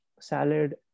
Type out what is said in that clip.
salad